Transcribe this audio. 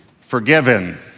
Forgiven